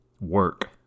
work